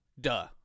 Duh